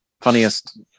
funniest